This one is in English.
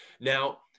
Now